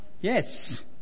Yes